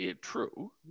True